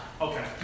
Okay